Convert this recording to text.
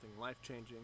life-changing